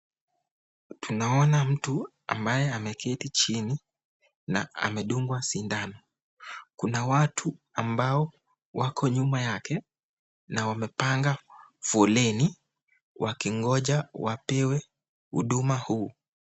Tunaona mtu ambaye ameketi chini na amedungwa sindano. Kuna watu walio nyuma yake, na wamepanga foleni wakingoja wapewe huduma hizi.